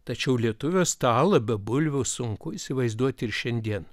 tačiau lietuvio stalą be bulvių sunku įsivaizduoti ir šiandien